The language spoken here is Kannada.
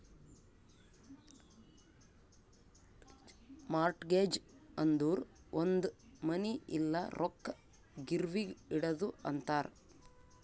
ಮಾರ್ಟ್ಗೆಜ್ ಅಂದುರ್ ಒಂದ್ ಮನಿ ಇಲ್ಲ ರೊಕ್ಕಾ ಗಿರ್ವಿಗ್ ಇಡದು ಅಂತಾರ್